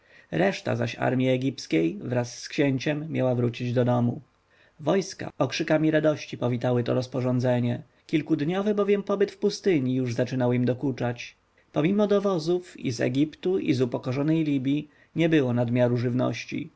reszta zaś armji egipskiej wraz z księciem miała wrócić do domu wojska okrzykami radości powitały to rozporządzenie kilkudniowy bowiem pobyt w pustyni już zaczynał im dokuczać pomimo dowozów i z egiptu i z upokorzonej libji nie było nadmiaru żywności